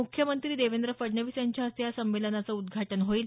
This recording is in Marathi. मुख्यमंत्री देवेंद्र फडणवीस यांच्या हस्ते या संमेलनाचं उद्घाटन होईल